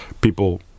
people